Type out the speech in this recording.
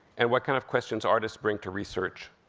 and what kind of questions artists bring to research,